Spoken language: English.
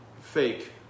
fake